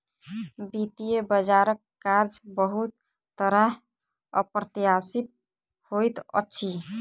वित्तीय बजारक कार्य बहुत तरहेँ अप्रत्याशित होइत अछि